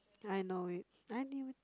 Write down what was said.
I know it I knew it